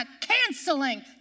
canceling